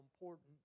important